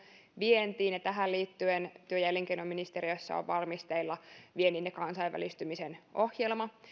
vientiin tähän liittyen työ ja elinkeinoministeriössä on valmisteilla viennin ja kansainvälistymisen ohjelma ja